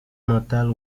mentale